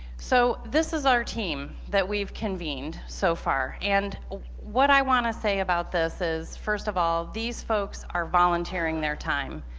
so this is our team that we've convened so far and what i want to say about this is first of all these folks are volunteering their time.